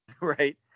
right